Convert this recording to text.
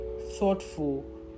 thoughtful